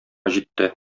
җитте